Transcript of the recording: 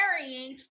carrying